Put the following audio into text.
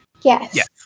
Yes